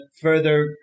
further